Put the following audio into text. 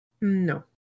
No